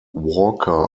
walker